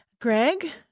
Greg